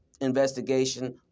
investigation